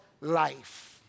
life